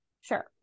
Sure